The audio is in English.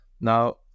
Now